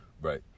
right